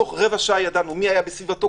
בתוך רבע שעה ידענו מי היה בסביבתו,